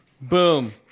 Boom